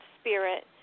spirit